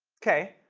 ok,